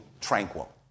tranquil